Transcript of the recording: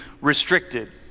restricted